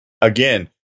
again